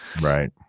Right